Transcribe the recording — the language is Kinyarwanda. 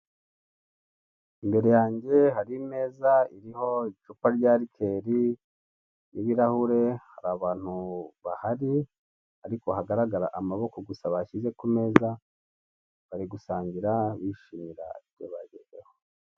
Imbere yanjye hari imeza iriho icupa rya likeri n'ibirahure, hari abantu bahari ariko hagaragara amaboko gusa bashyize ku meza bari gusangira bishimira ibyo bagezeho.